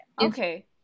Okay